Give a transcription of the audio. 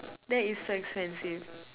that is so expensive